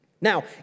Now